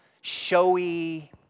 showy